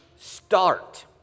start